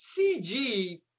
CG